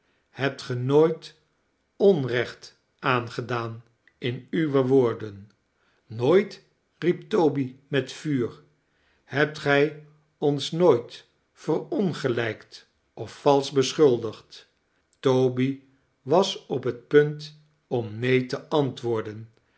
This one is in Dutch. hebt ge ons nooit onrecbt aangedaan in uwe woorden nooit riep toby met vuur hebt gij ons nooit verongelijkt of valsch besclmlddgd toby was op bet punt om neen te antwoorden